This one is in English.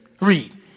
Read